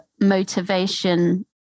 motivation